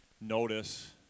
notice